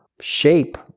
shape